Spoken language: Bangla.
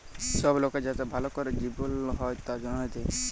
সব লকের যাতে ভাল ক্যরে জিবল হ্যয় তার জনহে দেয়